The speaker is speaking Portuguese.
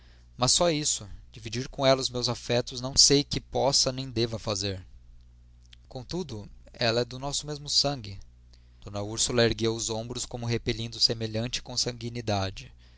mas só isso dividir com ela os meus afetos não sei que possa nem deva fazer contudo ela é do nosso mesmo sangue d úrsula ergueu os ombros como repelindo semelhante consangüinidade